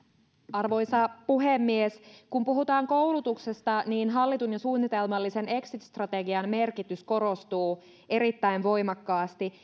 arvoisa puhemies kun puhutaan koulutuksesta niin hallitun ja suunnitelmallisen exit strategian merkitys korostuu erittäin voimakkaasti